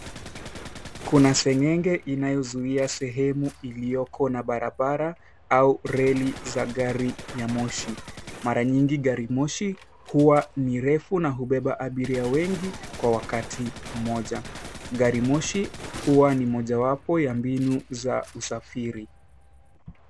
Kuna seng'enge inayozuia sehemu ilioko na barabara, au reli za gari ya moshi. Mara nyingi gari moshi huwa ni refu, na hubeba abiria wengi, kwa wakati mmoja. Gari moshi huwa ni mojawapo ya mbinu za usafiri.